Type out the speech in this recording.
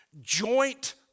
joint